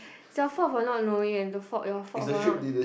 their fault for not know and the fault your fault for not